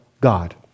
God